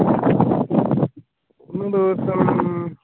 മൂന്ന് ദിവസം